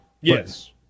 Yes